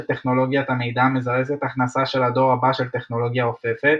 טכנולוגיית המידע מזרזת הכנסה של הדור הבא של טכנולוגיה אופפת.